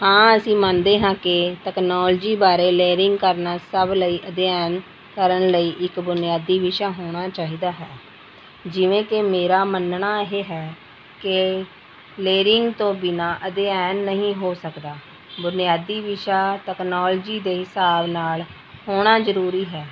ਹਾਂ ਅਸੀਂ ਮੰਨਦੇ ਹਾਂ ਕਿ ਤਕਨਾਲੋਜੀ ਬਾਰੇ ਲੀਅਰਿੰਗ ਕਰਨਾ ਸਭ ਲਈ ਅਧਿਐਨ ਕਰਨ ਲਈ ਇੱਕ ਬੁਨਿਆਦੀ ਵਿਸ਼ਾ ਹੋਣਾ ਚਾਹੀਦਾ ਹੈ ਜਿਵੇਂ ਕਿ ਮੇਰਾ ਮੰਨਣਾ ਇਹ ਹੈ ਕਿ ਲੀਅਰਿੰਗ ਤੋਂ ਬਿਨਾਂ ਅਧਿਐਨ ਨਹੀਂ ਹੋ ਸਕਦਾ ਬੁਨਿਆਦੀ ਵਿਸ਼ਾ ਤਕਨਾਲੋਜੀ ਦੇ ਹਿਸਾਬ ਨਾਲ ਹੋਣਾ ਜ਼ਰੂਰੀ ਹੈ